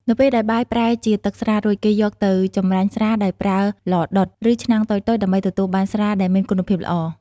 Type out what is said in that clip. នៅពេលដែលបាយប្រែជាទឹកស្រារួច គេយកទៅ ចម្រាញ់ស្រា ដោយប្រើឡដុត ឬឆ្នាំងតូចៗដើម្បីទទួលបានស្រាដែលមានគុណភាពល្អ។